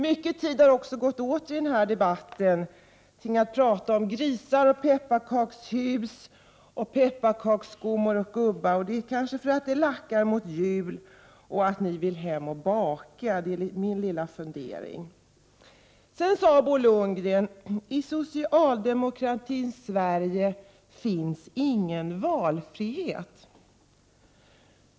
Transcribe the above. Mycken tid har också i debatten gått åt till att prata om grisar, bepparkakshus, pepparkaksgummor och gubbar, kanske därför att det Jackar mot jul och ni vill hem och baka — det är min lilla fundering. Bo Lundgren sade: I socialdemokratins Sverige finns ingen valfrihet.